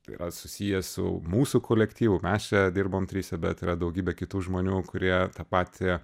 tai yra susiję su mūsų kolektyvu mes čia dirbam tryse bet yra daugybė kitų žmonių kurie tą patį